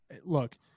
Look –